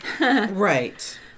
Right